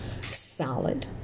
solid